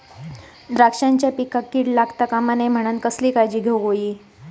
द्राक्षांच्या पिकांक कीड लागता नये म्हणान कसली काळजी घेऊक होई?